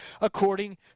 according